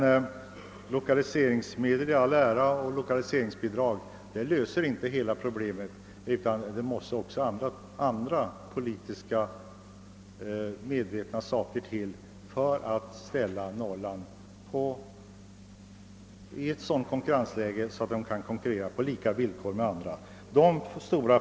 Lokaliseringsbidrag i all ära, men de löser inte alla problem. Det måste också till medvetna politiska åtgärder för att ge Norrland förutsättningar att konkurrera på lika villkor med andra landsdelar.